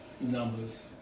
numbers